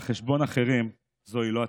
/ על חשבון אחרים, זוהי לא הצלחה.